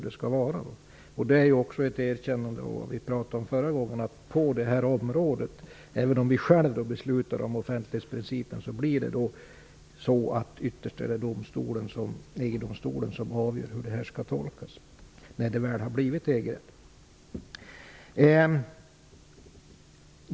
Detta är också ett erkännade av att det ytterst blir EG-domstolen som avgör hur det skall tolkas när det väl har blivit EG-rätt, även om vi själva beslutar om offentlighetsprincipen.